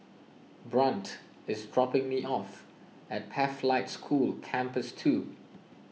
Brandt is dropping me off at Pathlight School Campus two